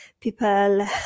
people